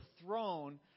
throne